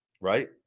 Right